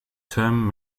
term